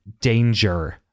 danger